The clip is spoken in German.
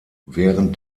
während